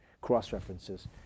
cross-references